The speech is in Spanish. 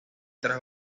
tras